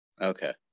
Okay